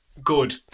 good